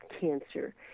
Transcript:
cancer